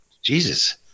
Jesus